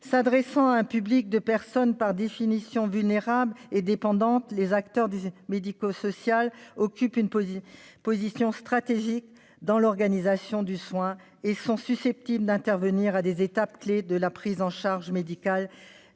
S'adressant à un public de personnes par définition vulnérables et dépendantes, les acteurs du médico-social occupent une position stratégique dans l'organisation du soin et sont susceptibles d'intervenir à des étapes clés de la prise en charge médicale